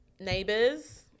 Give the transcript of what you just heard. Neighbors